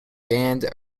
band